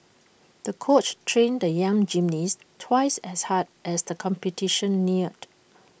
the coach trained the young gymnast twice as hard as the competition neared